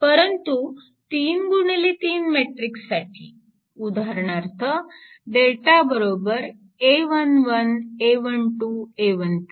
परंतु 3 गुणिले 3 मॅट्रिक्ससाठी उदाहरणार्थ